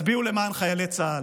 תצביעו למען חיילי צה"ל,